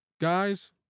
guys